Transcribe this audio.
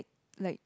like